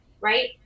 right